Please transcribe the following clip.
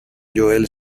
joel